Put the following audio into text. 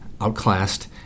outclassed